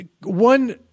one